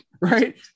Right